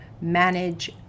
manage